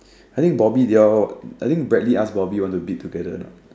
I think Bobby they all I think Bradley ask Bobby whether want to bid together or not